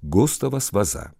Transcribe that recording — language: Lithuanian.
gustavas vaza